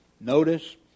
Notice